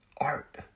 art